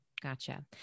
Gotcha